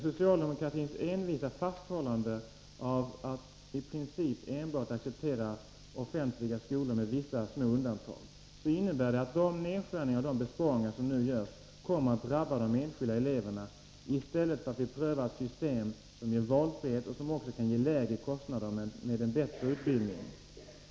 Socialdemokratins envisa fasthållande vid att i princip enbart acceptera offentliga skolor, med vissa små undantag, innebär att de nedskärningar och besparingar som nu görs kommer att drabba de enskilda eleverna. I stället borde vi pröva system som ger valfrihet och som även kan ge bättre utbildning till lägre kostnader.